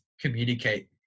communicate